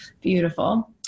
beautiful